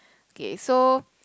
okay so